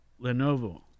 Lenovo